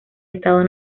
estado